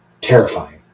Terrifying